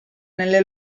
nelle